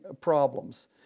problems